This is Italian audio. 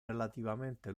relativamente